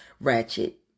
Ratchet